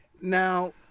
Now